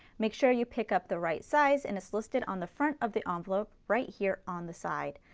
make sure you pick up the right size and it's listed on the front of the envelope right here on the side.